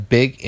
big